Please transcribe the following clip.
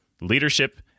leadership